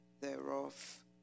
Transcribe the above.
thereof